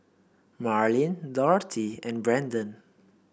Marlyn Dorthy and Brandon